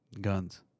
guns